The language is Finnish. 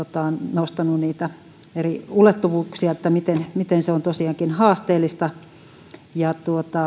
nostanut niitä eri ulottuvuuksia että miten se on tosiaankin haasteellista